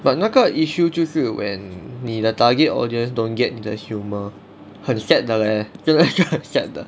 but 那个 issue 就是 when 你的 target audience don't get 你的 humour 很 sad 的 leh 真的很 sad 的